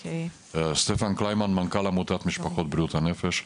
סטפן קליינמן, מנכ"ל עמותת משפחות בריאות הנפש,